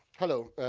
hello,